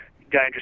dangerous